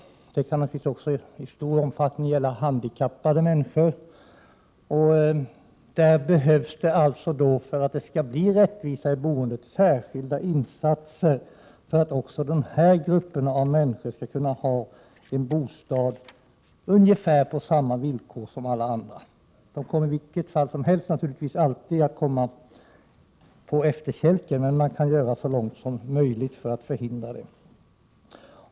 Det kan naturligtvis också i stor omfattning gälla handikappade människor. För att det skall bli rättvisa i boendet behövs det särskilda insatser. Därigenom kan också de här grupperna ha en bostad på ungefär samma villkor som alla andra. De kommer naturligtvis, ändå alltid att hamna på efterkälken. Men man kan göra så mycket som möjligt för att förhindra det.